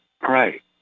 Right